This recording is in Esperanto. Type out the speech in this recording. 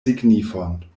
signifon